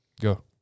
Go